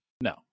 No